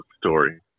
story